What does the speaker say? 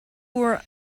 were